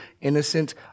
innocent